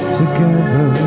together